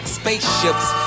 spaceships